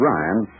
Ryan